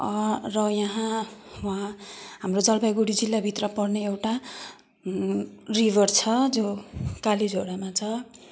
र यहाँ वहाँ हाम्रो जलपाइगुडी जिल्लाभित्र पर्ने एउटा रिभर छ जो कालिझोडामा छ